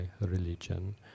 religion